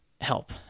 help